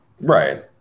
Right